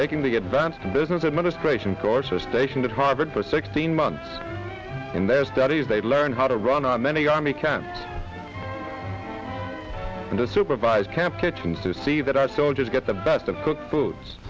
taking the advanced in business administration course was stationed at harvard for sixteen months in their studies they learned how to run on many army camp and to supervise camp kitchens to see that our soldiers get the best of cooked foods